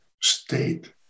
state